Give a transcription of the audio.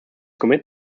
commit